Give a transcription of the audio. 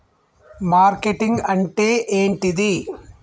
Marketing అంటే ఏంటిది?